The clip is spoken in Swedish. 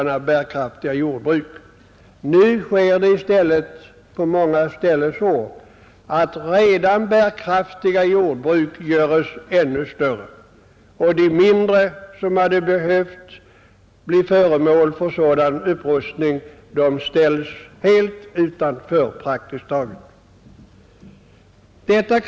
Nu sker det i stället på många håll genom att redan bärkraftiga jordbruk göres ännu större, medan de mindre, som hade behövt bli föremål för sådan upprustning, ställes praktiskt taget helt utanför.